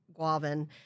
Guavin